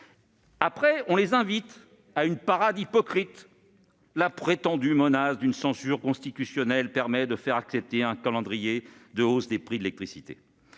... On use d'une parade hypocrite : la prétendue menace d'une censure constitutionnelle permet de faire accepter un calendrier de hausse des prix de l'électricité.